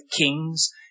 kings